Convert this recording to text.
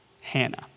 Hannah